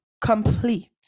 complete